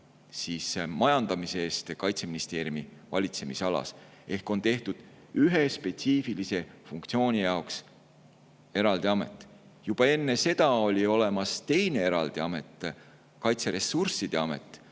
majandamise eest Kaitseministeeriumi valitsemisalas. Ühe spetsiifilise funktsiooni jaoks tehti eraldi amet. Juba enne seda oli olemas teine eraldi amet, Kaitseressursside Amet,